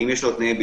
האם יש לו תנאים.